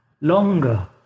longer